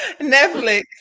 Netflix